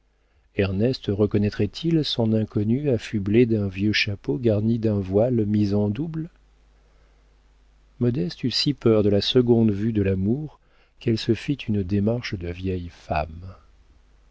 ernest reconnaîtrait il son inconnue affublée d'un vieux chapeau garni d'un voile mis en double modeste eut si peur de la seconde vue de l'amour qu'elle se fit une démarche de vieille femme